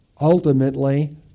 ultimately